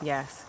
Yes